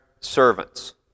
servants